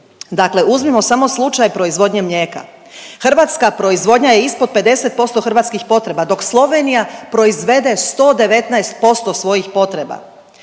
Dakle, uzmimo samo slučaj proizvodnje mlijeka. Hrvatska proizvodnja je ispod 50% hrvatskih potreba dok Slovenija proizvede 119% svojih potreba.